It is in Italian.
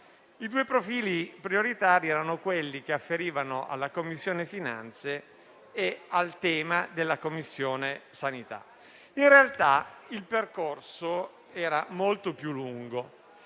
i due profili prioritari erano quelli che afferivano alla Commissione finanze e al tema della Commissione sanità. In realtà, il percorso era molto più lungo